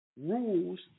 rules